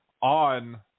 on